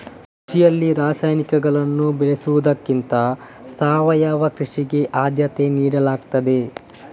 ಕೃಷಿಯಲ್ಲಿ ರಾಸಾಯನಿಕಗಳನ್ನು ಬಳಸುವುದಕ್ಕಿಂತ ಸಾವಯವ ಕೃಷಿಗೆ ಆದ್ಯತೆ ನೀಡಲಾಗ್ತದೆ